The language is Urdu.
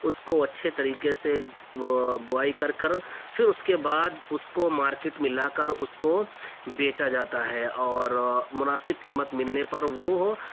اس کو اچھے طریقے سے بوائی کر کر پھر اس کے بعد اس کو مارکیٹ میں لا کر اس کو بیچا جاتا ہے اور مناسب قیمت ملنے پر وہ